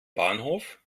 bahnhof